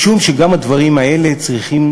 משום שגם הדברים האלה צריכים